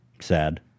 Sad